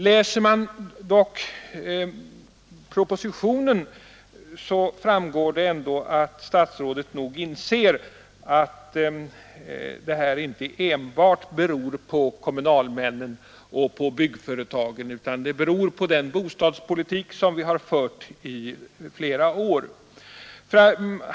Läser man propositionen framgår det ändå att statsrådet nog inser att det här förhållandet inte enbart beror på kommunalmännen och byggföretagen utan också på den bostadspolitik som förts i flera år.